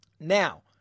Now